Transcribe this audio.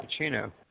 cappuccino